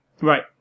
Right